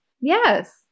Yes